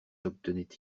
obtenait